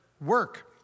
work